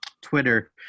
twitter